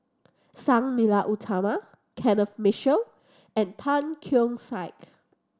Sang Nila Utama Kenneth Mitchell and Tan Keong Saik